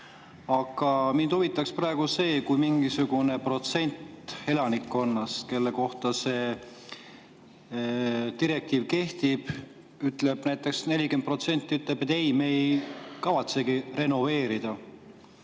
Aga mind huvitab see. [Mis juhtuks,] kui mingisugune protsent elanikkonnast, kelle kohta see direktiiv kehtib, näiteks 40%, ütleks, et ei, me ei kavatsegi renoveerida?